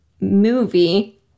movie